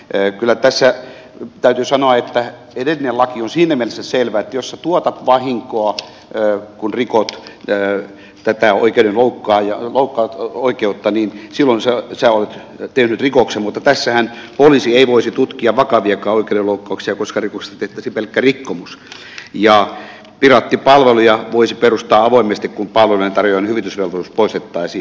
kyllä tässä täytyy sanoa että edellinen laki on siinä mielessä selvä että jos sinä tuotat vahinkoa kun rikot tätä oikeutta niin silloin sinä olet tehnyt rikoksen mutta tässähän poliisi ei voisi tutkia vakaviakaan oikeuden loukkauksia koska rikoksesta tehtäisiin pelkkä rikkomus ja piraattipalveluja voisi perustaa avoimesti kun palveluntarjoajan hyvitysvelvollisuus poistettaisiin